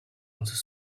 answer